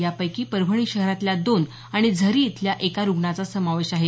यापैकी परभणी शहरातल्या दोन आणि झरी इथल्या एका रुग्णाचा समावेश आहे